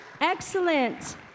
excellent